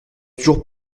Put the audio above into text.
toujours